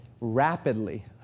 rapidly